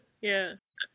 Yes